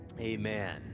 amen